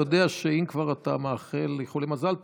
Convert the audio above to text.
אתה יודע שאם אתה כבר מאחל איחולי מזל טוב,